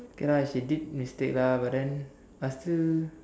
okay lah she did mistake lah but then I still